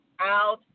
out